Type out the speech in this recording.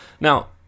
Now